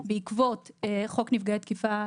התשפ"ב-2022,